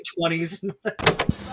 20s